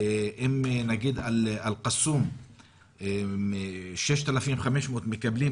אם באל-קאסום מתוך 6,500, מקבלים